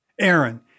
Aaron